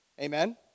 Amen